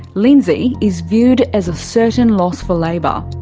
lindsay is viewed as a certain loss for labor.